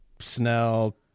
Snell